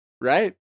right